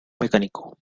mecánico